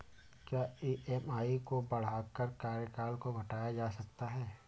क्या ई.एम.आई को बढ़ाकर कार्यकाल को घटाया जा सकता है?